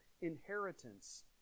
inheritance